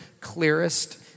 clearest